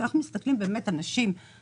כשאנחנו מסתכלים על נשים חזקות,